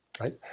right